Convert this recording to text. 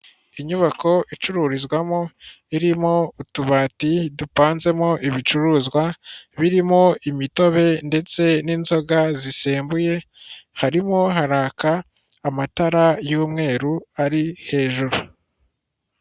Inyubako icururizwamo irimo utubati dupanzemo ibicuruzwa birimo imitobe ndetse n'inzoga zisembuye. Harimo haraka amatara y'umweru ari hejuru.